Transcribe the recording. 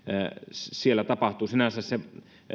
siellä tapahtuu sinänsä se